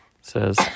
says